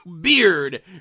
beard